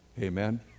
Amen